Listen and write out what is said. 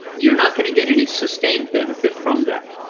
you're not going to get any sustained benefit from that.